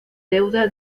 deuda